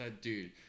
Dude